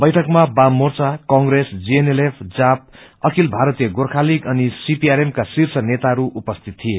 बैठकमा वाममोर्चा कंत्रेस जीएनएलएफ जाप अखिल भारतीय गोर्खालीग अनि सीपीआरएम का शीर्ष नेताहरू उपस्थित थिए